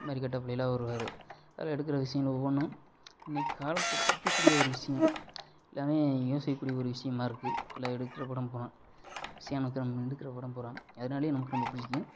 அந்தமாதிரி கெட்டப்புலேயெல்லாம் வருவார் அவர் எடுக்கிற விஷயங்கள் ஒவ்வொன்றும் இன்னைக்கி காலத்தை குறிக்க கூடிய ஒரு விஷயம் எல்லாம் யோசிக்க கூடிய ஒரு விஷயமா இருக்கு எல்லா எடுக்கிற படம் பூராவும் சியான் விக்ரம் எடுக்கிற படம் பூராவும் அதனாலேயே நமக்கு ரொம்ப பிடிக்கும்